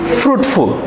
fruitful